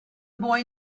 boy